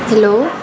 hello